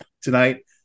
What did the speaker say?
tonight